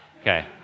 Okay